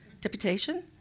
deputation